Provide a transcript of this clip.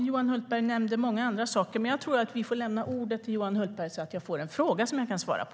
Johan Hultberg nämnde många saker, men jag tror att herr talmannen får lämna ordet till honom så att jag får en fråga som jag kan svara på.